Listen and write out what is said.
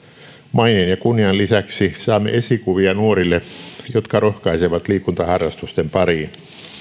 maineen ja kunnian lisäksi saamme nuorille esikuvia jotka rohkaisevat liikuntaharrastusten pariin